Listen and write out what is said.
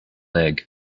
egg